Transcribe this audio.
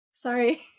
Sorry